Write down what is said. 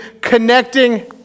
connecting